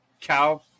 cow